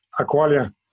Aqualia